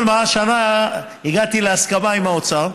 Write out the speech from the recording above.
אבל מה, השנה הגעתי להסכמה עם האוצר: